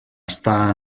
està